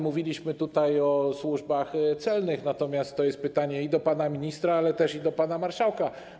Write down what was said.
Mówiliśmy tutaj o służbach celnych, natomiast to jest pytanie i do pana ministra, ale i do pana marszałka.